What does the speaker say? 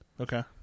Okay